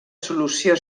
solució